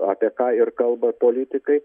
apie ką ir kalba politikai